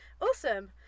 awesome